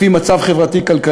לפי מצב חברתי-כלכלי,